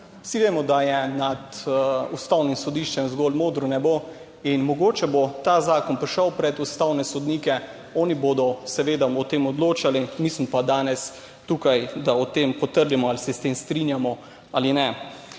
Vsi vemo, da je nad Ustavnim sodiščem zgolj modro nebo in mogoče bo ta zakon prišel pred ustavne sodnike, oni bodo seveda o tem odločali, nisem pa danes tukaj, da o tem potrdimo ali se s tem strinjamo ali ne.